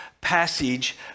passage